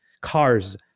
cars